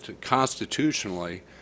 constitutionally